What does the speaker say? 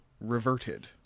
reverted